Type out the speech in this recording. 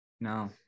no